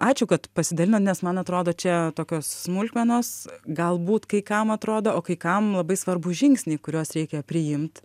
ačiū kad pasidalino nes man atrodo čia tokios smulkmenos galbūt kai kam atrodo o kai kam labai svarbūs žingsniai kuriuos reikia priimt